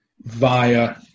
via